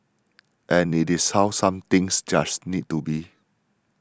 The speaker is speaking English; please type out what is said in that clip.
and it is how some things just need to be